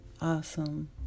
awesome